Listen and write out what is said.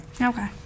Okay